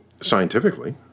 scientifically